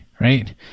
right